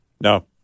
No